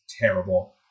terrible